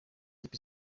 kipe